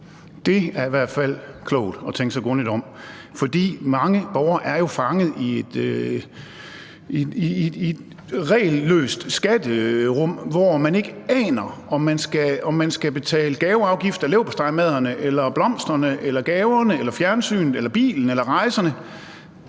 Det er i hvert fald klogt at tænke sig grundigt om. For mange borgere er jo fanget i et regelløst skatterum, hvor man ikke aner, om man skal betale gaveafgift af leverpostejmadderne eller blomsterne eller gaverne eller fjernsynet eller bilen eller rejserne,